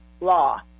Law